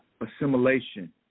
assimilation